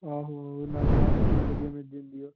ਆਹੋ ਨਾਲ ਬਾਹਰ ਰੋਟੀ ਵਧੀਆ ਮਿਲ ਜਾਂਦੀ ਹੈ